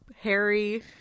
Harry